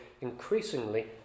increasingly